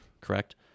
correct